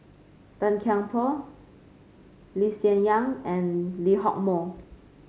Tan Kian Por Lee Hsien Yang and Lee Hock Moh